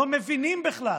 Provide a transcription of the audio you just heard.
לא מבינים בכלל